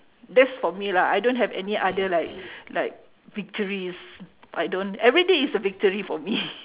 that's for me lah I don't have any other like like victories I don't everyday is a victory for me